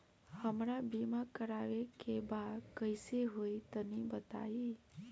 हमरा बीमा करावे के बा कइसे होई तनि बताईं?